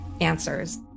answers